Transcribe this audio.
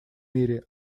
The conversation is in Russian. мире